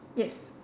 yes